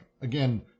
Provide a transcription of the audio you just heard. Again